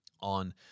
On